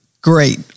Great